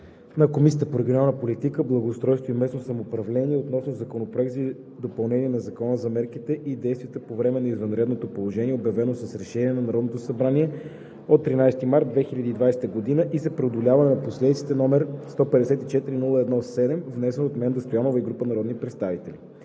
на Комисията по регионална политика, благоустройство и местно самоуправление относно Законопроект за допълнение на Закона за мерките и действията по време на извънредното положение, обявено с решение на Народното събрание от 13 март 2020 г., и за преодоляване на последиците, № 154-01-7, внесен от Менда Кирилова Стоянова и група народни представители